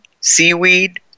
seaweed